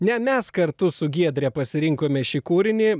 ne mes kartu su giedre pasirinkome šį kūrinį